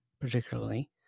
particularly